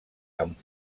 amb